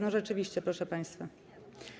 No rzeczywiście, proszę państwa.